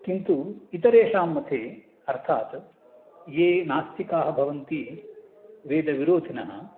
किन्तु इतरेषां मते अर्थात् ये नास्तिकाः भवन्ति वेदविरोधिनः